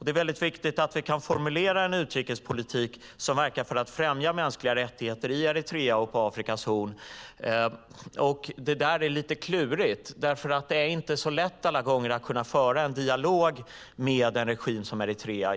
Det är väldigt viktigt att vi kan formulera en utrikespolitik som verkar för att främja mänskliga rättigheter i Eritrea och på Afrikas horn. Det där är lite klurigt, för det är inte så lätt alla gånger att föra en dialog med en regim som Eritrea.